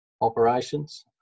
operations